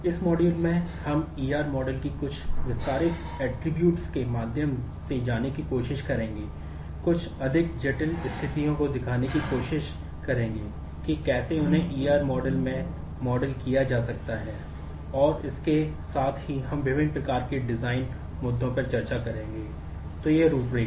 इस मॉड्यूल में हम E R मॉडल मुद्दों पर चर्चा करेंगे